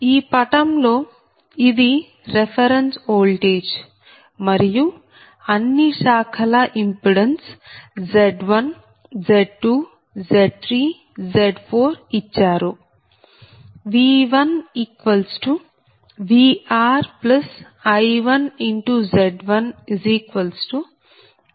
ఈ పటంలో ఇది రెఫెరెన్స్ ఓల్టేజ్ మరియు అన్ని శాఖల ఇంపిడెన్స్ Z1Z2Z3Z4 ఇచ్చారు